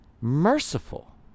merciful